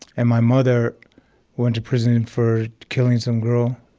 and my mother went to prison for killing some girl.